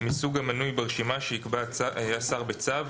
מסוג המנוי ברשימה שיקבע השר בצו,